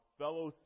fellow